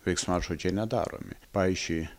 veiksmažodžio nedaromi pavyzdžiui